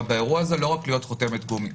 באירוע הזה לא רק להיות חותמת גומי.